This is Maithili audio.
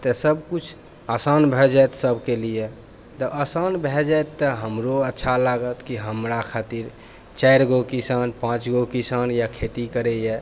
तऽ सब किछु आसान भए जायत सबके लिये तऽ आसान भए जायत तऽ हमरो अच्छा लागत की हमरा खातिर चारि गो किसान पाँच गो किसान या खेती करैय